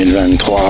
2023